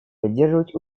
поддерживать